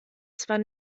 zwar